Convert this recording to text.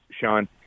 Sean